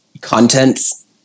contents